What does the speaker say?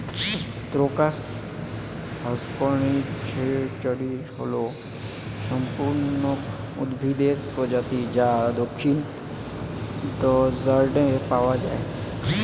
crocus হসকনেইচটি হল সপুষ্পক উদ্ভিদের প্রজাতি যা দক্ষিণ জর্ডানে পাওয়া য়ায়